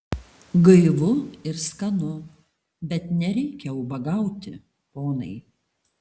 gaivu ir skanu bet nereikia ubagauti ponai